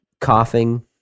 coughing